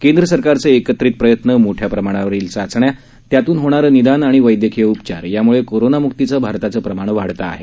केंद्र सरकारचे एकत्रित प्रयत्न मोठ्या प्रमाणावरील चाचण्या त्यातून होणारं निदान आणि वैद्यकीय उपचार यामुळे कोरोनामुकीचं भारताचं प्रमाण वाढत आहे